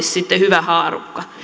sitten hyvä haarukka